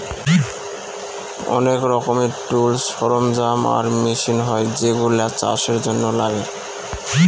অনেক রকমের টুলস, সরঞ্জাম আর মেশিন হয় যেগুলা চাষের জন্য লাগে